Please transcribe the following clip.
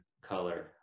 color